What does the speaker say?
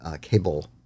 cable